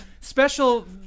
special